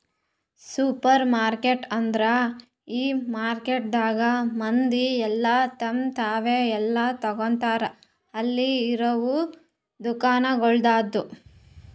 supermarket ಅಂದುರ್ ಈ ಮಾರ್ಕೆಟದಾಗ್ ಮಂದಿ ಎಲ್ಲಾ ತಮ್ ತಾವೇ ಎಲ್ಲಾ ತೋಗತಾರ್ ಅಲ್ಲಿ ಇರವು ದುಕಾನಗೊಳ್ದಾಂದು